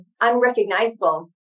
unrecognizable